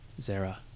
Zara